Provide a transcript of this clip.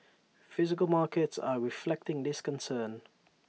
physical markets are reflecting this concern